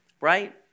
right